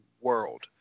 world